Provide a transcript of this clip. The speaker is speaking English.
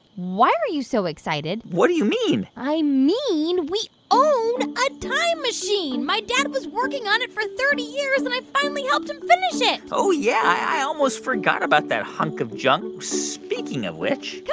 why are you so excited? what do you mean? i mean, we own a time machine. my dad was working on it for thirty years, and i finally helped him finish it oh, yeah. i almost forgot about that hunk of junk. speaking of which.